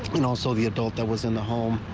and also the adult that was in the home.